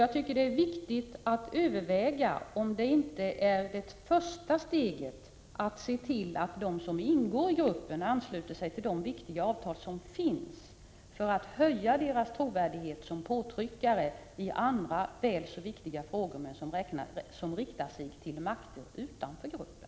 Jag tycker det är viktigt att överväga om det inte är det första steget att se till att de länder som ingår i gruppen ansluter sig till de viktiga avtal som finns för att höja deras trovärdighet som påtryckare i andra väl så viktiga frågor som riktar sig till makter utanför gruppen.